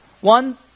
One